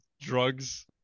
drugs